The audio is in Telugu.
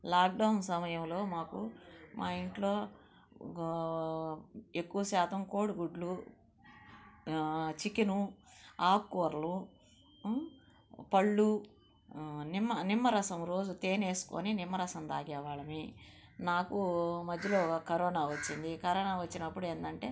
లాక్డౌన్ సమయంలో మాకు మా ఇంట్లో ఎక్కువ శాతం కోడిగుడ్లు చికెను ఆకుకూరలు పళ్ళు నిమ్మ నిమ్మరసం రోజు తేనే వేసుకుని రోజు నిమ్మరసం తాగే వాళ్ళమే నాకు మధ్యలో కరోనా వచ్చింది కరోనా వచ్చినప్పుడు ఏంటంటే